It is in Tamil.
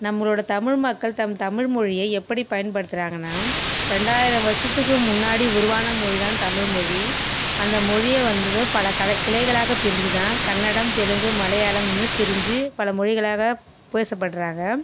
நம்மளோட தமிழ்மக்கள் தம் தமிழ்மொழியை எப்படி பயன்படுத்துறாங்கன்னா ரெண்டாயிரம் வருஷத்துக்கு முன்னாடி உருவான மொழி தான் தமிழ்மொழி அந்த மொழியை வந்து பல கலை கிளைகளாக பிரிஞ்சு தான் கன்னடம் தெலுங்கு மலையாளம்னு பிரிஞ்சு பல மொழிகளாக பேசப்படுறாங்க